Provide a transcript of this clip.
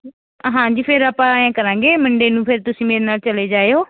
ਹਾਂਜੀ ਫਿਰ ਆਪਾਂ ਐਂ ਕਰਾਂਗੇ ਮੰਡੇ ਨੂੰ ਫਿਰ ਤੁਸੀਂ ਮੇਰੇ ਨਾਲ ਚਲੇ ਜਾਇਓ